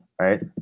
right